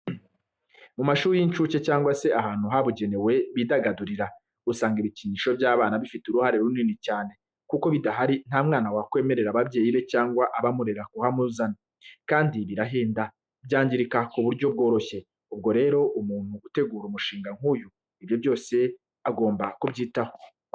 Mu mashuri y'incuke cyangwa se ahantu habugenewe bidagadurira, usanga ibikinisho by'abana bifite uruhare runini cyane, kuko bidahari nta mwana wakwemerera ababyeyi be cyangwa abamurera kuhamuzana, kandi birahenda, byangirika ku buryo bworoshye, ubwo rero, umuntu utegura umushinga nk'uyu, ibyo byose agomba kubyitaho.